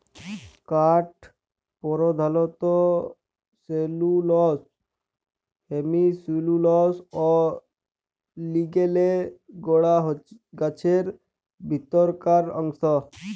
কাঠ পরধালত cellulose, hemicellulose অ লিগলিলে গড়া গাহাচের ভিতরকার অংশ